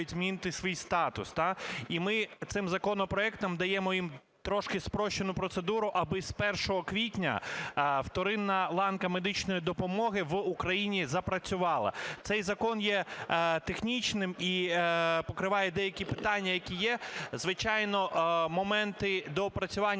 змінити свій статус. І ми цим законопроектом даємо їм трошки спрощену процедуру, аби з 1 квітня вторинна ланка медичної допомоги в Україні запрацювала. Цей закон є технічним і покриває деякі питання, які є. Звичайно, моменти доопрацювання